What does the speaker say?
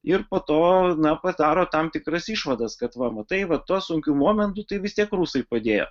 ir po to na padaro tam tikras išvadas kad va matai va tuo sunkiu momentu tai vis tiek rusai padėjo